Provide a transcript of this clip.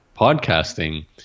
podcasting